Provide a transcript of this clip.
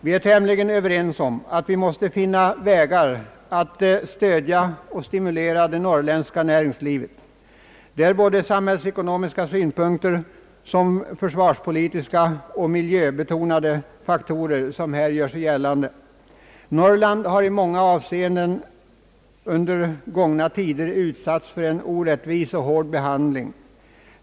Vi är tämligen överens om att vi måste finna vägar att stödja och stimulera det norrländska näringslivet. Det är såväl samhällsekonomiska synpunkter som försvarspolitiska och miljöbetonade faktorer som här gör sig gällande. Norrland har i många avseenden under gångna tider utsatts för en orättvis och hård behandling.